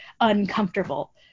uncomfortable